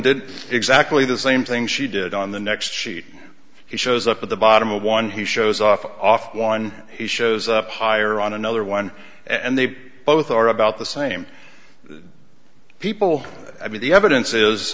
did exactly the same thing she did on the next sheet he shows up at the bottom of one he shows off off one he shows up higher on another one and they both are about the same people i mean the evidence is